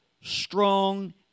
strong